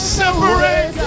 separate